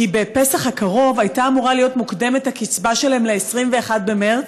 בפסח הקרוב הייתה אמורה להיות מוקדמת הקצבה שלהם ל-21 במרס,